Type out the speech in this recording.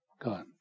God